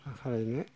मा खालामनो